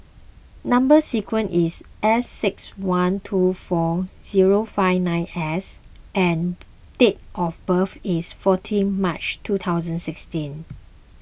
Number Sequence is S six one two four zero five nine S and date of birth is fourteen March two thousand and sixteen